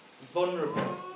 vulnerable